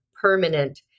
permanent